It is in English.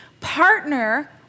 partner